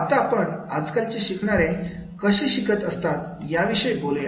आता आपण आजकालचे शिकणारे कशी शिकत असतात या विषयी बोलूया